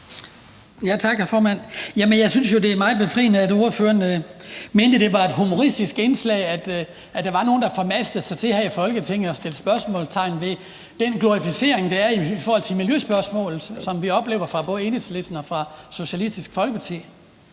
jeg synes jo, at det er meget befriende, at ordføreren mener, det var et humoristiske indslag, at der var nogen her i Folketinget, der formastede sig til at sætte spørgsmålstegn ved den glorificering, der er, i forhold til miljøspørgsmålet, som vi oplever fra både Enhedslistens og Socialistisk Folkepartis